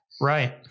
Right